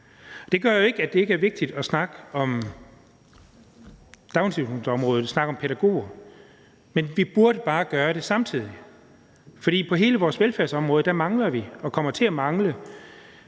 Det gør jo ikke, at det ikke er vigtigt at snakke om daginstitutionsområdet og om pædagoger, men vi burde bare gøre det samtidig, for på hele vores velfærdsområde mangler vi og kommer til at mangle